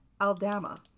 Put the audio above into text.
Aldama